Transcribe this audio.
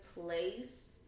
place